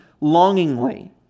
longingly